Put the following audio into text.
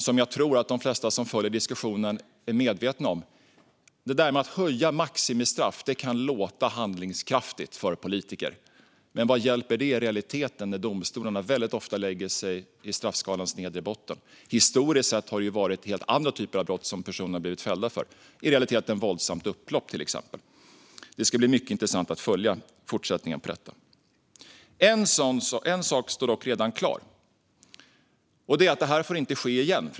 Som jag tror att de flesta som följer diskussionen är medvetna om kan det låta handlingskraftigt av politiker att höja maximistraff, men vad hjälper det i realiteten när domstolarna väldigt ofta lägger sig på botten av straffskalan? Historiskt sett har det varit helt andra typer av brott som personerna blivit fällda för - i realiteten till exempel våldsamt upplopp. Det ska bli mycket intressant att följa fortsättningen på detta. En sak står dock redan klar, fru talman, och det är att det här inte får ske igen.